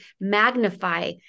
magnify